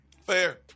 Fair